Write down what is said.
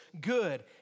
good